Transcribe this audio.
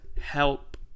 help